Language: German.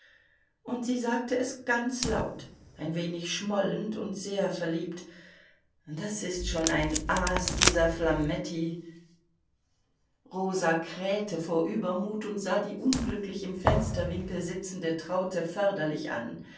und sie sagte es ganz laut ein wenig schmollend und sehr verliebt das ist schon ein aas dieser flametti rosa krähte vor übermut und sah die unglücklich im fensterwinkel sitzende traute förderlich an